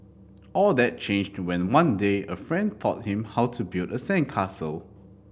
all that changed when one day a friend taught him how to build a sandcastle